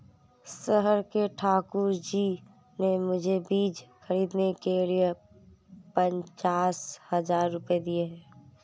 शहर के ठाकुर जी ने मुझे बीज खरीदने के लिए पचास हज़ार रूपये दिए